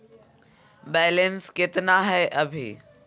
Balance केतना हय अभी?